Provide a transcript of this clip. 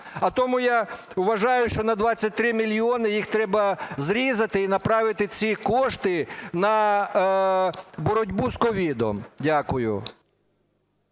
А тому я вважаю, що на 23 мільйони, їх треба зрізати і направити ці кошти на боротьбу з COVID. Дякую.